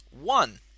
One